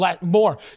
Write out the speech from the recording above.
more